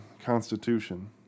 Constitution